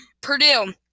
Purdue